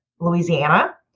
Louisiana